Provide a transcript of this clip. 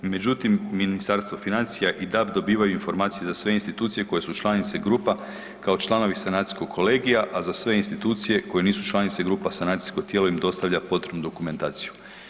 Međutim, Ministarstvo financija i DAB dobivaju informacije za sve institucije koje su članice grupa kao članovi sanacijskog kolegija, a za sve institucije koje nisu članice grupa, sanacijsko tijelo im dostavlja potrebnu dokumentaciju.